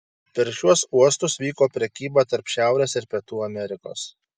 per šiuos uostus vyko prekyba tarp šiaurės ir pietų amerikos